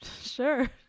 Sure